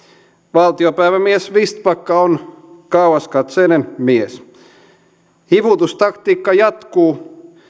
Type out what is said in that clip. valtiopäivämies vistbacka on kauaskatseinen mies hivutustaktiikka jatkuu